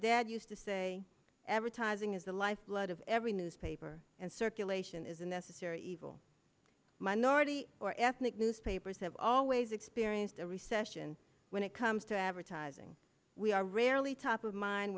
dad used to say advertising is the lifeblood of every newspaper and circulation is a necessary evil minority or ethnic newspapers have always experienced a recession when it comes to advertising we are rarely top of mind